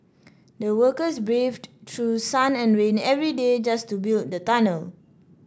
the workers braved through sun and rain every day just to build the tunnel